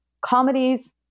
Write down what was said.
comedies